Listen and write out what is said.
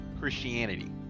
Christianity